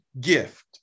gift